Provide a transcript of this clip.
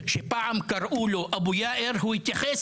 שפעם כשקראו לו אבו יאיר הוא התייחס